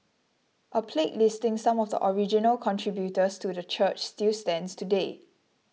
a plaque listing some of the original contributors to the church still stands today